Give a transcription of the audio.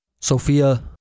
Sophia